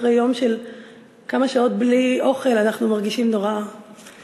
אחרי יום של כמה שעות בלי אוכל אנחנו מרגישים נורא מורמים,